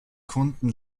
kunden